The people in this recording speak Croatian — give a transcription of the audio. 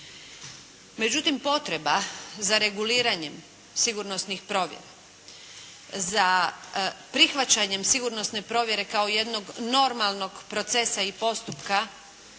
Međutim, potreba za reguliranjem sigurnosnih provjera za prihvaćenjem sigurnosne provjere kao jednog normalnog procesa i postupka